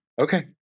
Okay